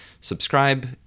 subscribe